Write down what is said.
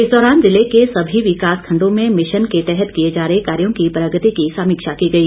इस दौरान ज़िले के सभी विकास खंडों में मिशन के तहत किए जा रहे कार्यों की प्रगति की समीक्षा की गई